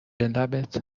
لبت